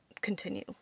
continue